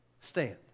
stand